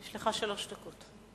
יש לך שלוש דקות.